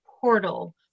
portal